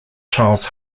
charles